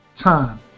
Time